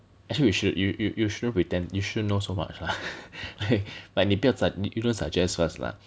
actually you should you you you shouldn't pretend you shouldn't know so much lah like 你不要 you don't suggest first lah